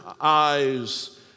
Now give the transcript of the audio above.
eyes